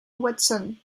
watson